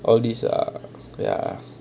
all these ah ya